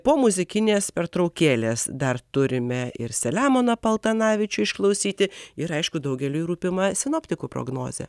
po muzikinės pertraukėlės dar turime ir selemoną paltanavičių išklausyti ir aišku daugeliui rūpimą sinoptikų prognozę